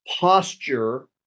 posture